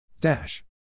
Dash